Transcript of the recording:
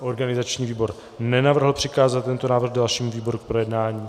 Organizační výbor nenavrhl přikázat tento návrh dalšímu výboru k projednání.